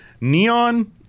neon